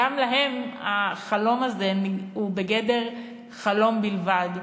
גם להם החלום הזה הוא בגדר חלום בלבד.